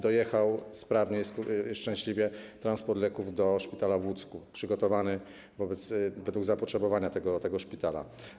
Dojechał sprawnie, szczęśliwie transport leków do szpitala w Łucku, przygotowany według zapotrzebowania tego szpitala.